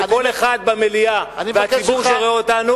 וכל אחד במליאה והציבור רואה אותנו.